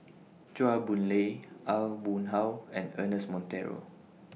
Chua Boon Lay Aw Boon Haw and Ernest Monteiro